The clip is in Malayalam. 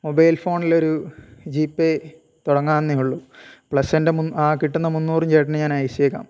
മൊബൈൽ ഫോണിലൊരു ജി പേ തുടങ്ങാവുന്നതേ ഉള്ളൂ പ്ലസ് എൻ്റെ മുന് ആ കിട്ടുന്ന മുന്നൂറ് ചേട്ടന് ഞാൻ അയച്ചേക്കാം